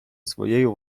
своєю